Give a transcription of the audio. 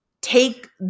Take